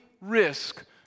risk